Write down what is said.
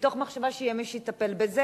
מתוך מחשבה שיהיה מי שיטפל בזה.